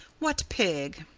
what pig?